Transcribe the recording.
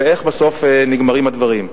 ואיך בסוף נגמרים הדברים.